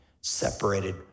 separated